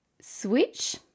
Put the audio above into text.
switch